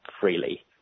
freely